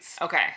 Okay